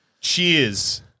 Cheers